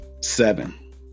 Seven